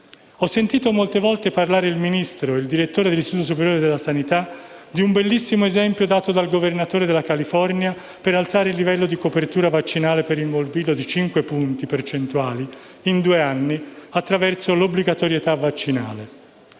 Ho sentito molte volte parlare il Ministro e il direttore dell'Istituto superiore di sanità di un bellissimo esempio dato dal governatore della California per alzare il livello di copertura vaccinale per il morbillo di 5 punti percentuali in due anni, attraverso l'obbligatorietà vaccinale.